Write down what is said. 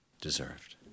deserved